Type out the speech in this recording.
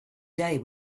day